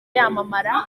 yamamara